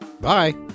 Bye